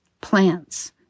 Plants